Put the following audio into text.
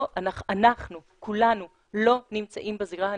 אנחנו כולנו לא נמצאים בזירה הנכונה,